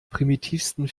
primitivsten